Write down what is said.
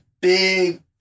big